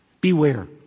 Beware